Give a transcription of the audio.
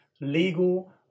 legal